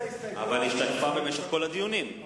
אבל השתתפה בכל הדיונים.